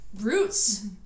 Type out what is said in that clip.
roots